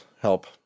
help